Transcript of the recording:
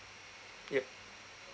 yup